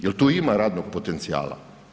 Jel tu ima radnog potencijala?